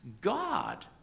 God